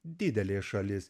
didelė šalis